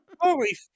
holy